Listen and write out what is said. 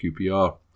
QPR